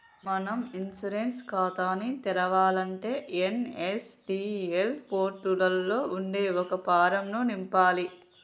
మనం ఇన్సూరెన్స్ ఖాతాని తెరవాలంటే ఎన్.ఎస్.డి.ఎల్ పోర్టులలో ఉండే ఒక ఫారం ను నింపాలి